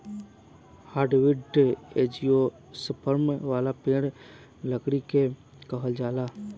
hardwood angiosperm वाला पेड़ लकड़ी के कहल जाला